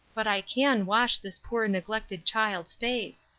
but i can wash this poor, neglected child's face.